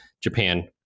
Japan